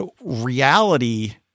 reality